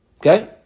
okay